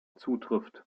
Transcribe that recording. zutrifft